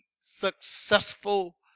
successful